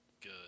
Good